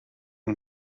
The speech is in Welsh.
yng